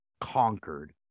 Conquered